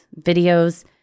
videos